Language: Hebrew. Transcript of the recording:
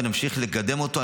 ונמשיך לקדם אותו,